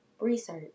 research